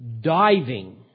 diving